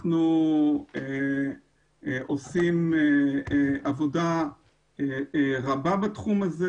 אנחנו עושים עבודה רבה בתחום הזה.